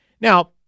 Now